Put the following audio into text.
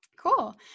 Cool